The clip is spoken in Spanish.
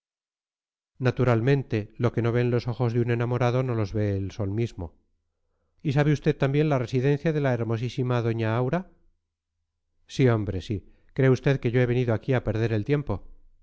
naturalmente lo que no ven los ojos de un enamorado no lo ve el mismo sol y sabe usted también la residencia de la hermosísima doña aura sí hombre sí cree usted que yo he venido aquí a perder el tiempo